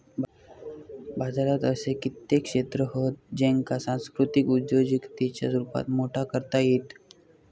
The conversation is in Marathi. बाजारात असे कित्येक क्षेत्र हत ज्येंका सांस्कृतिक उद्योजिकतेच्या रुपात मोठा करता येईत